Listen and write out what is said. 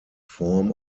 form